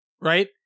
right